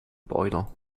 boiler